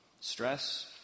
Stress